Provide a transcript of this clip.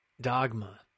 dogma